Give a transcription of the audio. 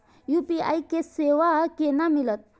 UPI के सेवा केना मिलत?